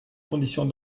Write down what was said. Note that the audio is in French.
conditions